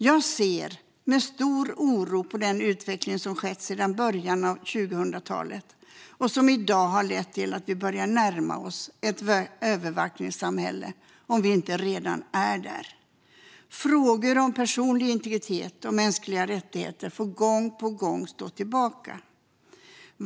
Jag ser med stor oro på den utveckling som skett sedan början av 2000-talet och som i dag har lett till att vi börjar närma oss ett övervakningssamhälle, om vi inte redan är där. Frågor om personlig integritet och mänskliga rättigheter får gång på gång stå tillbaka.